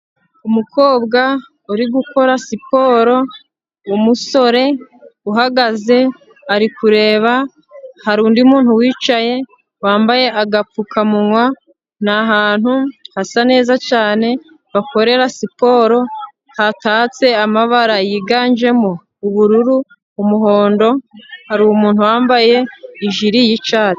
Umukobwa uri gukora siporo. Umusore uhagaze ari kureba, hari undi muntu wicaye wambaye agapfukamunwa. N'ahantu hasa neza cyane bakorera siporo hatatse amabara yiganjemo ubururu, umuhondo, hari umuntu wambaye ijiri y'icyatsi.